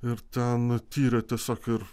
ir ten tyrė tiesiog ir